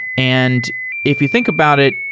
and if you think about it,